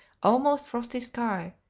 almost frosty sky,